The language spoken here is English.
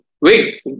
Wait